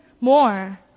more